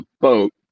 boat